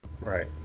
right